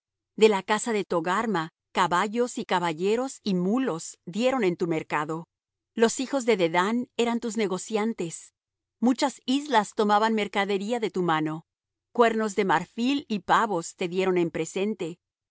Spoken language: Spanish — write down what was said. de la casa de togarma caballos y caballeros y mulos dieron en tu mercado los hijos de dedán eran tus negociantes muchas islas tomaban mercadería de tu mano cuernos de marfil y pavos te dieron en presente